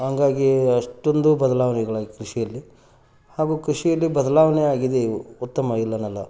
ಹಂಗಾಗಿ ಅಷ್ಟೊಂದು ಬದಲಾವಣೆಗಳಾಗಿದೆ ಕೃಷಿಯಲ್ಲಿ ಹಾಗೂ ಕೃಷಿಯಲ್ಲಿ ಬದಲಾವಣೆಯಾಗಿದೆ ಉತ್ತಮ ಇಲ್ಲ ಅನ್ನೊಲ್ಲ